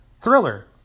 Thriller